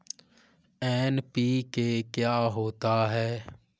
NPK क्या होता है?